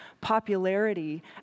popularity